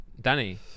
Danny